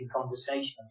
conversation